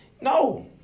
No